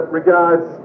regards